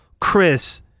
Chris